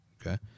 Okay